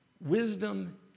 Wisdom